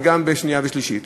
וגם בשנייה ושלישית.